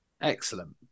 Excellent